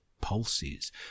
pulses